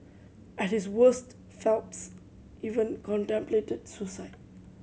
at his worst Phelps even contemplated suicide